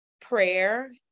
prayer